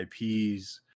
IPs